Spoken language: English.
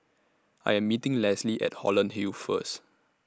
I Am meeting Leslie At Holland Hill First